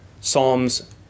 psalms